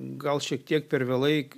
gal šiek tiek per vėlai